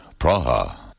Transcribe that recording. Praha